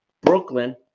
Brooklyn